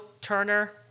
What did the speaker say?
Turner